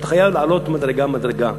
אתה חייב לעלות מדרגה מדרגה,